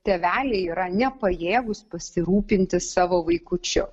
tėveliai yra nepajėgūs pasirūpinti savo vaikučiu